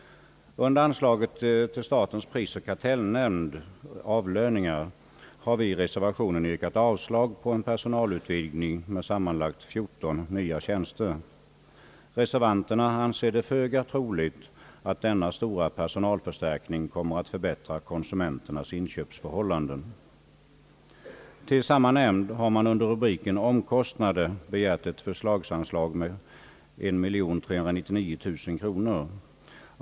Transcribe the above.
Under anslaget till statens prisoch kartellnämnd — avlöningar— har vi i reservationen yrkat avslag på en personalutvidgning med sammanlagt 14 nya tjänster. Reservanterna anser det föga troligt att denna stora personalförstärkning kommer att förbättra konsumenternas inköpsförhållanden. Till samma nämnd har man under rubriken »Omkostnader» begärt ett förslagsanslag av 1399000 kronor.